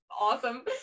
awesome